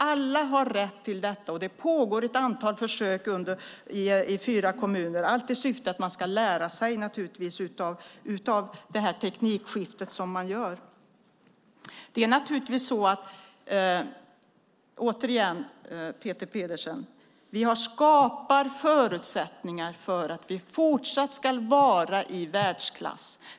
Alla har alltså rätt till detta, och det pågår ett antal försök i fyra kommuner, allt i syfte att man ska lära sig av detta teknikskifte. Peter Pedersen, vi har skapat förutsättningar för att vi fortsatt ska vara i världsklass.